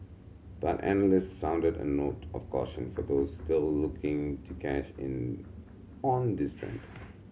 but analysts sounded a note of caution for those still looking to cash in on this trend